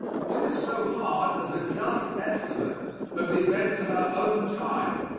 what is so hard as a just estimate of the events of our own time?